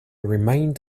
remained